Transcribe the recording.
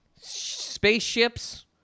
Spaceships